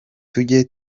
tujye